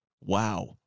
Wow